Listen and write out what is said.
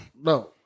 No